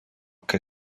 que